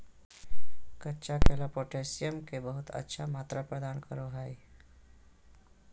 कच्चा केला पोटैशियम के बहुत अच्छा मात्रा प्रदान करो हइ